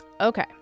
Okay